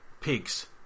pigs